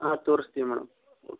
ಹಾಂ ತೋರಿಸ್ತೀವಿ ಮೇಡಮ್